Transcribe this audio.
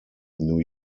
new